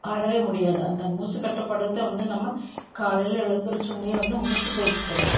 பாடவே முடியாது அந்த மூச்சுக்கட்டுப்பாடுக்கு தான் வந்து நம்ம காலையில எழுந்துருச்சோடனேயே வந்து மூச்சுப்பயிற்சி பண்ணணும்